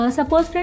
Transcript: Suppose